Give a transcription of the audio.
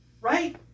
Right